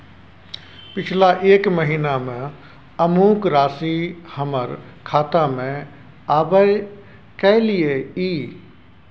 पिछला एक महीना म अमुक राशि हमर खाता में आबय कैलियै इ?